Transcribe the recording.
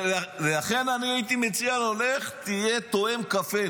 לכן, אני הייתי מציע לו: לך, תהיה טועם קפה.